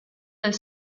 del